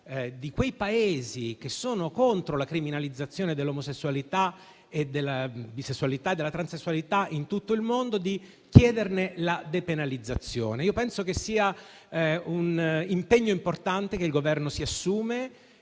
di quei Paesi che sono contro la criminalizzazione dell'omosessualità, della bisessualità e della transessualità in tutto il mondo e chiederne la depenalizzazione. Penso che sia un impegno importante che il Governo si assume